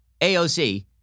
AOC